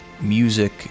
music